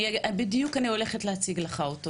אני בדיוק הולכת להציג לך אותו,